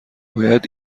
باید